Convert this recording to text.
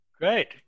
Great